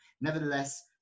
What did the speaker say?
Nevertheless